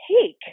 take